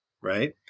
right